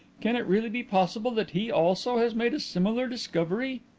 can it really be possible that he also has made a similar discovery?